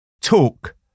Talk